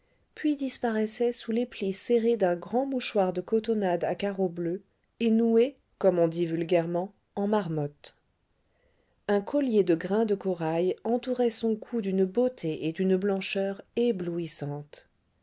puis disparaissait sous les plis serrés d'un grand mouchoir de cotonnade à carreaux bleus et noué comme on dit vulgairement en marmotte un collier de grains de corail entourait son cou d'une beauté et d'une blancheur éblouissantes